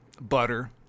butter